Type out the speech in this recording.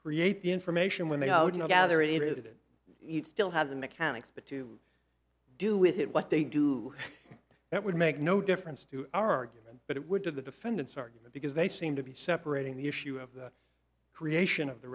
create the information when they gather it it still have the mechanics but to do with it what they do that would make no difference to our argument but it would do the defendants argument because they seem to be separating the issue of the creation of the